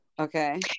Okay